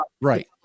Right